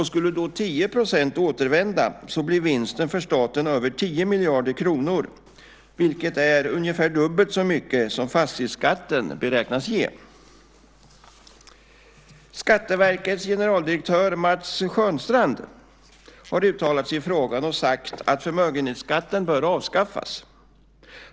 Skulle då 10 % återvända blir vinsten för staten över 10 miljarder kronor, vilket är ungefär dubbelt så mycket som fastighetsskatten beräknas ge. Skatteverkets generaldirektör Mats Skönstrand har uttalat sig i frågan och sagt att förmögenhetsskatten bör avskaffas.